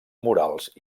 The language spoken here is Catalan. morals